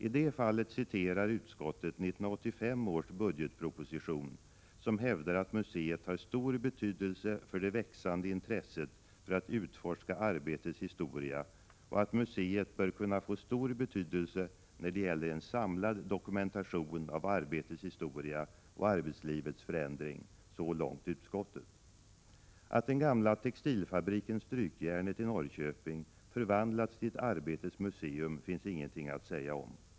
I det fallet citerar utskottet 1985 års budgetproposition som hävdar att museet har stor betydelse för det växande intresset för att utforska arbetets historia och att museet bör kunna få stor betydelse när det gäller en samlad dokumentation av arbetets historia och arbetslivets förändring. Så långt utskottet. Att den gamla textilfabriken Strykjärnet i Norrköping förvandlats till ett Arbetets museum finns ingenting att säga om.